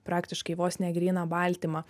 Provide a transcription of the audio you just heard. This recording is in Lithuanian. praktiškai vos ne gryną baltymą